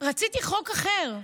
רציתי חוק אחר,